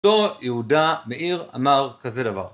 פטור יהודה מאיר אמר כזה דבר